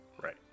right